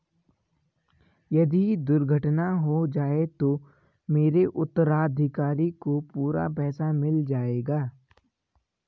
यदि दुर्घटना हो जाये तो मेरे उत्तराधिकारी को पूरा पैसा मिल जाएगा?